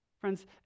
Friends